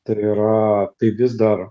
tai yra tai vis dar